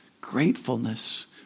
Gratefulness